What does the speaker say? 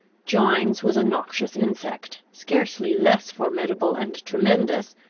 gines was a noxious insect, scarcely less formidable and tremendous,